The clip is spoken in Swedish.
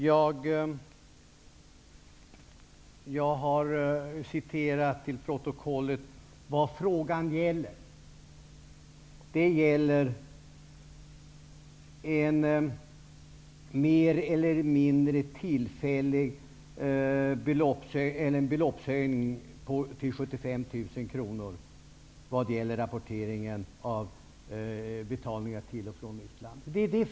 Jag har citerat till protokollet vad frågan gäller. Den gäller en mer eller mindre tillfällig beloppshöjning till 75 000 kr avseende rapporteringen av betalningar till och från utlandet.